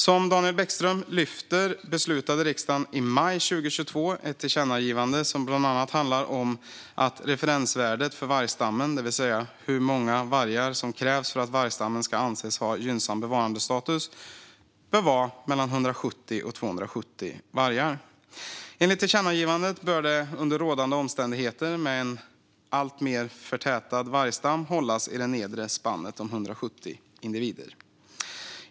Som Daniel Bäckström lyft upp beslutade riksdagen i maj 2022 om ett tillkännagivande som bland annat handlade om att referensvärdet för vargstammen - det vill säga hur många vargar som krävs för att vargstammen ska anses ha gynnsam bevarandestatus - bör vara mellan 170 och 270 vargar. Enligt tillkännagivandet bör det under rådande omständigheter, med en alltmer förtätad vargstam, hållas i den nedre delen av spannet, alltså närmare 170 individer.